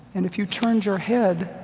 and if you turned your head,